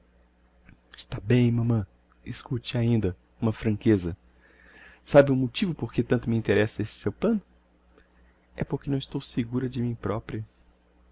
está bem mamã escute ainda uma franqueza sabe o motivo porque tanto me interessa esse seu plano é porque não estou segura de mim propria